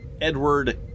Edward